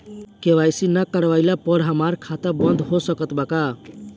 KYC ना करवाइला पर हमार खाता बंद हो सकत बा का?